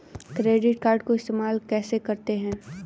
Credit card को इस्तेमाल कैसे करते हैं?